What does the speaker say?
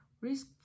Risk